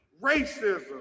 racism